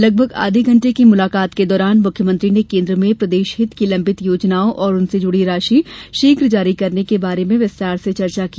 लगभग आधे घंटे की मुलाकात के दौरान मुख्यमंत्री ने केन्द्र में प्रदेशहित की लंबित योजनाओं और उनसे जुड़ी राशि शीघ्र जारी करने के बारे में विस्तार से चर्चा की